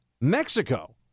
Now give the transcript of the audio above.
mexico